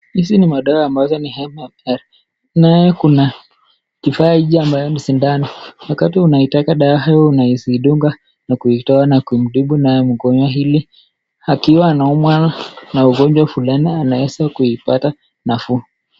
hizi ni madawa ambazo ni.. nayo kuna kifaa hiii ambayo ni shindano wakati unaitaka dawa hayo unaweza idunga na kuitowa na kumtibu nayo mgojwa ili akiwa anaumwa na ugonjwa fulani anaweza kuipata nafuu.